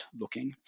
looking